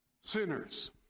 sinners